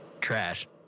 Trash